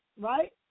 right